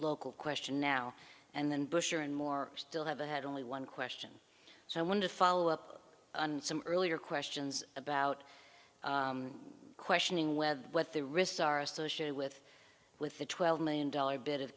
local question now and then bush or and more still haven't had only one question so i wonder follow up on some earlier questions about questioning whether what the risks are associated with with the twelve million dollars bit of